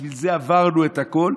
בשביל זה עברנו את הכול,